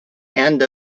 and